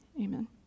amen